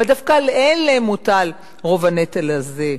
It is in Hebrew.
אבל דווקא על אלה מוטל רוב הנטל הזה,